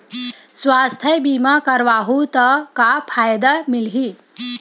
सुवास्थ बीमा करवाहू त का फ़ायदा मिलही?